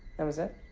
that was it?